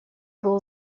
был